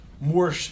more